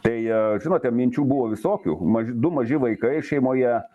tai žinote minčių buvo visokių maž du maži vaikai šeimoje